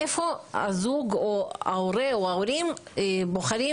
איפה שהזוג או ההורה או ההורים בוחרים